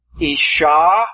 Isha